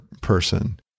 person